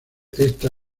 esta